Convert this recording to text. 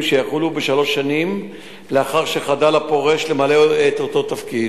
שיחולו בשלוש השנים לאחר שחדל הפורש למלא את אותו תפקיד,